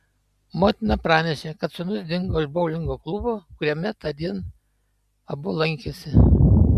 motina pranešė kad sūnus dingo iš boulingo klubo kuriame tądien abu lankėsi